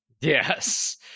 Yes